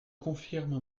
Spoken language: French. confirme